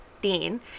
Dean